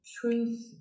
truth